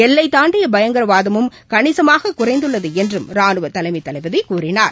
எல்லை தாண்டிய பயங்கரவாதமும் கணிசமாக குறைந்துள்ளது என்றும் ரானுவ தலைமைத் தளபதி கூறினார்